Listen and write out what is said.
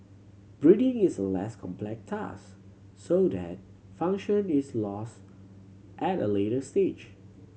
breathing is a less complex task so that function is lost at a later stage